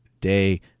day